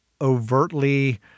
overtly